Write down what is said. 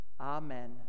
Amen